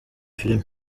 filimi